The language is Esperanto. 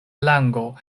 lango